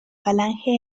falange